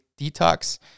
detox